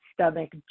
stomach